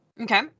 Okay